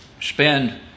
spend